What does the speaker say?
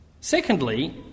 Secondly